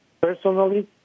personally